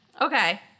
Okay